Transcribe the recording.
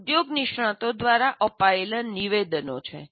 આ ઉદ્યોગ નિષ્ણાંતો દ્વારા અપાયેલા નિવેદનો છે